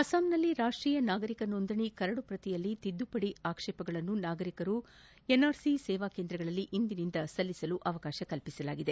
ಅಸ್ಸಾಂನಲ್ಲಿ ರಾಷ್ಟೀಯ ನಾಗರಿಕ ನೋಂದಣಿ ಕರಡಿನಲ್ಲಿ ತಿದ್ದುಪಡಿ ಆಕ್ಷೇಪಣೆಗಳನ್ನು ನಾಗರಿಕರು ಎನ್ಆರ್ಸಿ ಸೇವಾ ಕೇಂದ್ರಗಳಲ್ಲಿ ಇಂದಿನಿಂದ ಸಲ್ಲಿಸಬಹುದಾಗಿದೆ